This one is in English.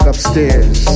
Upstairs